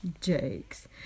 Jakes